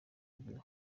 ingiro